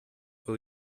will